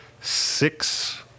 six